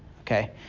okay